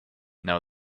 now